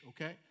okay